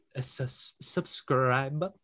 subscribe